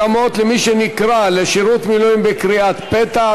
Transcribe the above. התאמות למי שנקרא לשירות מילואים בקריאת פתע),